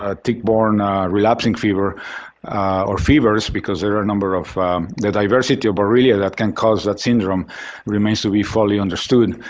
ah tick-borne relapsing fever or fevers, because there are a number of the diversity of borrelia that can cause that syndrome remains to be fully understood.